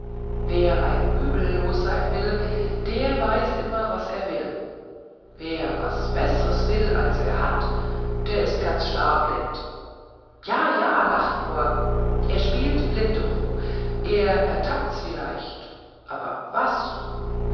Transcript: wer ein übel los sein will der weiß immer was er will wer was bessers will als er hat der ist ganz starblind ja ja lacht nur er spielt blindekuh er ertappts vielleicht aber was